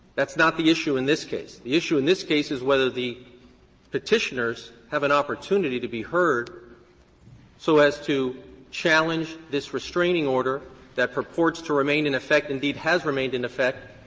that's not the issue in this case. the issue in this case is whether the petitioners have an opportunity to be heard so as to challenge this restraining order that purports to remain in effect, indeed, has remained in effect,